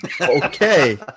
Okay